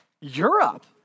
Europe